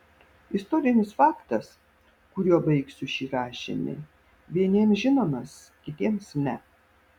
istorinis faktas kuriuo baigsiu šį rašinį vieniems žinomas kitiems ne